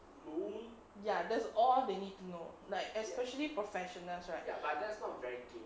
ya that's all they need to know like especially professionals right